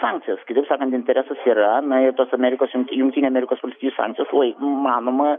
sankcijos kitaip sakant interesas yra na ir tos amerikos jungtinių amerikos valstijų sankcijos manoma